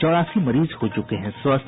चौरासी मरीज हो चुके हैं स्वस्थ